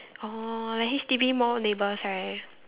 oh like H_D_B more neighbours right